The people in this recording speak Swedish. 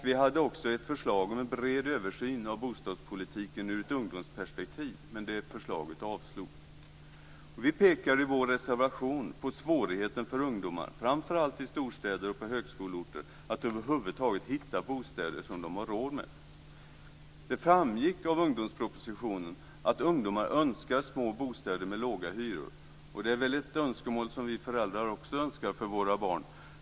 Vi hade också ett förslag om en bred översyn av bostadspolitiken i ett ungdomsperspektiv, men det förslaget avslogs. Vi pekar i vår reservation på svårigheten hos ungdomar, framför allt i storstäder och högskoleorter, att över huvud taget hitta bostäder som de har råd med. Det framgick av ungdomspropositionen att ungdomar önskar små bostäder med låga hyror, och det är väl ett önskemål som vi föräldrar också har för våra barn.